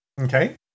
Okay